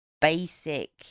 basic